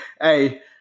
Hey